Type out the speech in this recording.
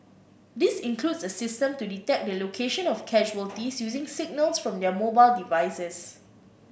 this includes a system to detect the location of casualties using signals from their mobile devices